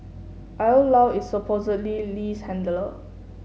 Io Lao is supposedly Lee's handler